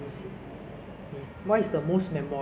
ah 小贩一个是卖那个 ah